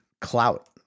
clout